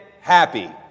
happy